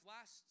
Last